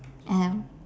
um